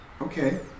Okay